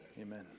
Amen